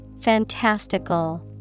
Fantastical